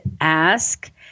ask